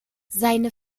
seine